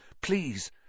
Please